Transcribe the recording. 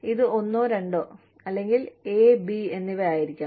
ഇത് ഒന്നോ രണ്ടോ അല്ലെങ്കിൽ എ ബി എന്നിവ ആയിരിക്കണം